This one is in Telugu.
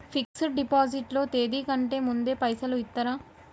ఫిక్స్ డ్ డిపాజిట్ లో తేది కంటే ముందే పైసలు ఇత్తరా?